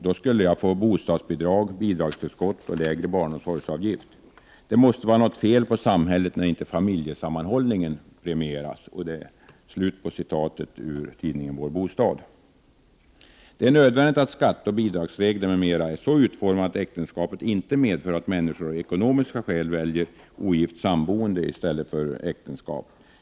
Då skulle jag få bostadsbidrag, bidragsförskott och lägre barnomsorgsavgift. Det måste vara något fel på samhället när inte familjesammanhållning premieras.” Det är nödvändigt att skatteoch bidragsregler m.m. är så utformade att äktenskapet inte medför att människor av ekonomiska skäl väljer ogift samboende i stället för äktenskap.